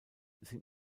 sind